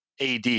AD